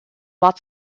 war